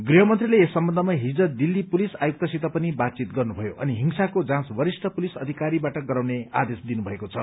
गृहमन्त्रीले यस सम्बन्धमा हिज दिल्ली पुलिस आयुक्तसित पनि बातचित गर्नुभयो अनि हिंसाको जाँच वरिष्ठ पुलिस अधिकारीबाट गराउने आदेश दिनुभएको छ